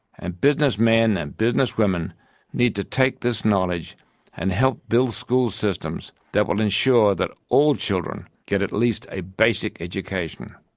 and businessmen and businesswomen need to take this knowledge and help build school systems that will ensure that all children get at least a basic education.